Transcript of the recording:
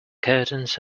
curtains